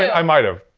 i might have,